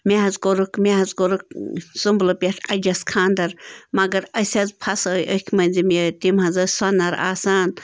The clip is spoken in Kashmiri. مےٚ حظ کوٚرُکھ مےٚ حظ کوٚرُکھ سُنٛمبلہٕ پٮ۪ٹھ اَجَس خانٛدَر مگر أسۍ حظ پھَسٲے أکۍ مٔنٛزِم یٲرۍ تِم حظ ٲسۍ سۄنَر آسان